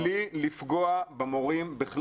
מבלי לפגוע במורים.